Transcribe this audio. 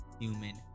human